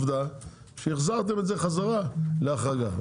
עובדה שהחזרתם את זה חזרה להחרגה.